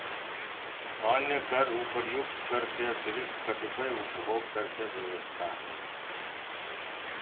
अन्य कर उपर्युक्त कर के अतिरिक्त कतिपय उपभोग कर के व्यवस्था ह